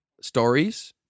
stories